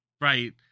Right